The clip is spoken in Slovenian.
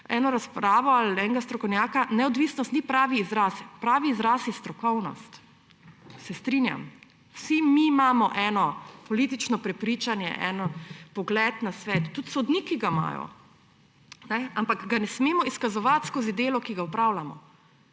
eno razpravo ali enega strokovnjaka – neodvisnost ni pravi izraz, pravi izraz je strokovnost. Se strinjam. Vsi mi imamo svoje politično prepričanje, svoj pogled na svet, tudi sodniki ga imajo, ampak ga ne smemo izkazovati skozi delo, ki ga opravljamo.